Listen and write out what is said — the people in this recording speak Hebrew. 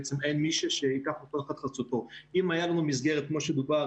עסקנו בזה במובן הזה --- נכה צה"ל לא מאבד שום דבר.